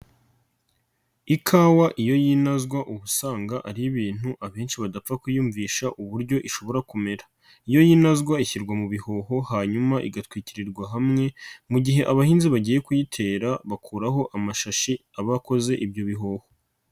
Ikawa iyo yinozwa ubu usanga ari ibintu abenshi badapfa kwiyumvisha uburyo ishobora kumera, iyo inozwa ishyirwa mu bihoho hanyuma igatwikirirwa hamwe mu gihe abahinzi bagiye kuyitera bakuraho amashashi aba akoze ibyo bihuha.